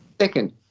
Second